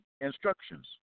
instructions